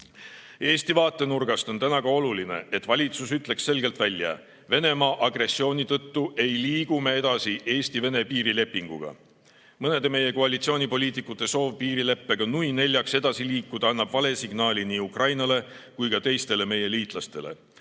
Eesti vaatenurgast on täna oluline, et valitsus ütleks selgelt välja: Venemaa agressiooni tõttu ei liigu me edasi Eesti-Vene piirilepinguga. Mõnede meie koalitsioonipoliitikute soov piirileppega, nui neljaks, edasi liikuda annab vale signaali nii Ukrainale kui ka teistele meie liitlastele.